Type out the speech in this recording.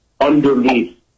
underneath